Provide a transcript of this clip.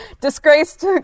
Disgraced